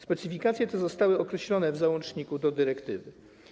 Specyfikacje te zostały określone w załączniku do dyrektywy.